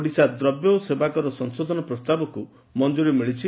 ଓଡ଼ିଶା ଦ୍ରବ୍ୟ ଓ ସେବାକର ସଂଶୋଧନ ପ୍ରସ୍ତାବକୁ ମଞ୍ଚୁରୀ ମିଳିଛି